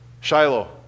Shiloh